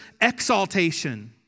exaltation